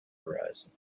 horizon